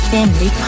Family